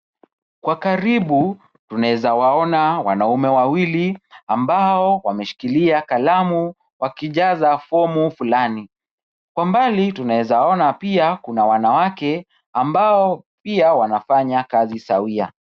Kwa karibu tunaeza waona wanaume wawili, ambao wameshikilia kalamu wakijaza fomu fulani. Kwa mbali tunaweza ona pia kuna wanawake, ambao pia wanafanya kazi sawia.